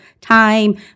time